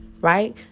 right